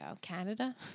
Canada